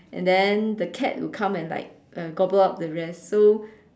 and then the cat will come and like uh gobble up the rest so